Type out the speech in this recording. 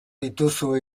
dituzu